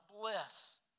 bliss